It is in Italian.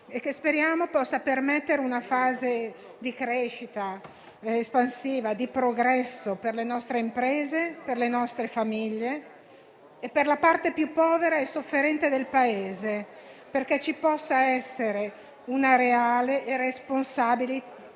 impone, speriamo possa permettere una fase di crescita espansiva e di progresso per le nostre imprese, per le nostre famiglie e per la parte più povera e sofferente del Paese, affinché possa esserci una reale e responsabile